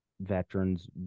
veterans